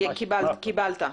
קיבלת.